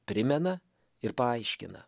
primena ir paaiškina